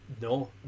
no